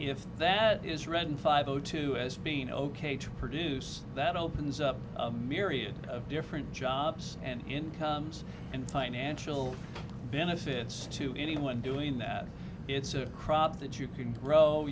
if that is read in five o two as being ok to produce that opens up a myriad of different jobs and incomes and financial benefits to anyone doing that it's a crop that you can grow